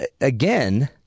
again